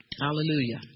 Hallelujah